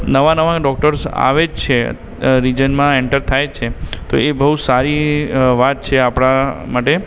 નવા નવા ડોક્ટર્સ આવે જ છે રીજનમાં ઍન્ટર થાય જ છે તો એ બહુ સારી વાત છે આપણાં માટે